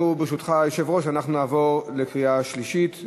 אנחנו, ברשותך, היושב-ראש, נעבור לקריאה שלישית.